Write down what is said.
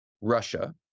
Russia